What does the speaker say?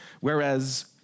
Whereas